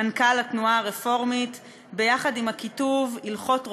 מנכ"ל התנועה הרפורמית, לצד הכיתוב: הלכות רוצח.